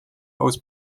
aus